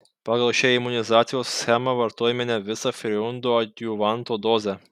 pagal šią imunizacijos schemą vartojome ne visą freundo adjuvanto dozę